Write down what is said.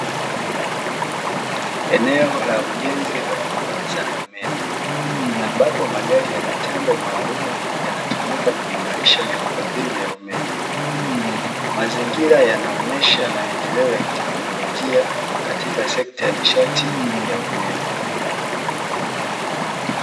Eneo la ujenzi wa huduma za umeme ambapo magari yametengwa maalumu, yanatumika kuimarisha miundombinu ya umeme, mazingira yanaonesha maendeleo ya tekinolojia katika sekta ya nishati ya umeme.